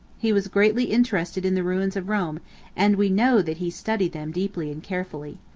he was greatly interested in the ruins of rome and we know that he studied them deeply and carefully.